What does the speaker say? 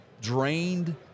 drained –